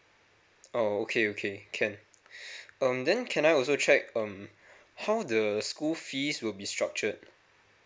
oh okay okay can um then can I also check um how the school fees will be structured